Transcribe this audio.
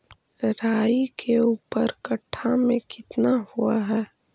राई के ऊपर कट्ठा में कितना हुआ है?